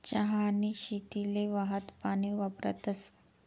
चहानी शेतीले वाहतं पानी वापरतस